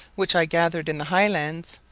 which i gathered in the highlands,